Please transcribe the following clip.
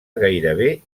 gairebé